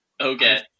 Okay